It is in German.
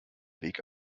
weg